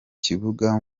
kibuga